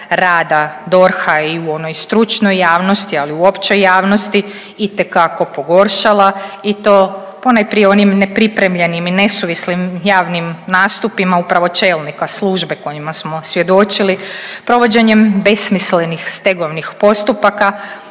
rada DORH-a i u onoj stručnoj javnosti, ali uopće javnosti itekako pogoršala i to ponajprije u onim nepripremljenim i nesuvislim javnim nastupima upravo čelnika službe kojima smo svjedočili, provođenjem besmislenih stegovnih postupka